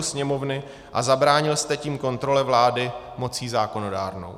Sněmovny a zabránil jste tím kontrole vlády mocí zákonodárnou.